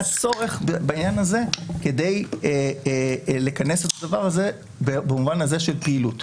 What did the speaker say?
היה צורך בעניין הזה כדי לכנס את הדבר הזה במובן הזה של פעילות.